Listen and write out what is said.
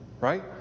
right